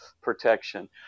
protection